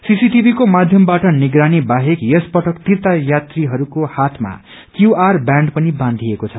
सीसीटीभीको माध्यमबाट निगरानी बाहेक यस पटक तीर्य यात्रीहरूको हातमा क्यूओर ब्याण्ड पनि बाँधिएको छ